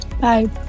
Bye